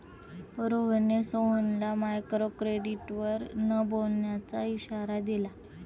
रोहनने सोहनला मायक्रोक्रेडिटवर न बोलण्याचा इशारा दिला